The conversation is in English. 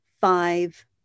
five